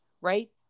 right